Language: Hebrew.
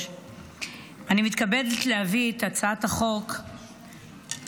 אני מתכבדת להביא את הצעת החוק שלי,